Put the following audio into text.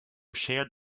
shared